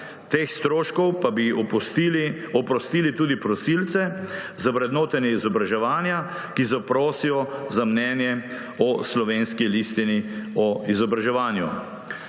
Teh stroškov pa bi oprostili tudi prosilce za vrednotenja izobraževanja, ki zaprosijo za mnenje o slovenski listini o izobraževanju.